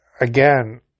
again